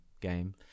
game